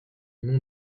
nom